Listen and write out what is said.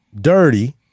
dirty